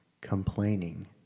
complaining